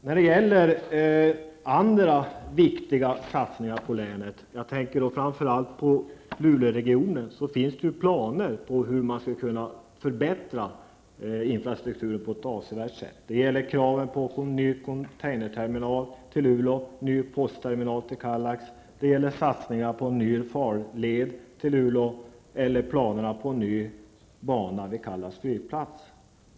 När det gäller andra viktiga satsningar på länet -- jag syftar framför allt på Luleåregionen -- finns det planer på hur infrastrukturen skulle kunna förbättras avsevärt. Det gäller kraven på en ny containerterminal till Luleå, på en ny postterminal till Kallax, på satsningar på en ny farled till Luleå och på en ny bana vid Kallax flygplats.